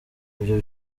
ibi